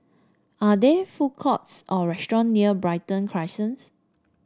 are there food courts or restaurant near Brighton Crescents